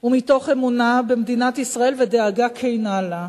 ומתוך אמונה במדינת ישראל ודאגה כנה לה.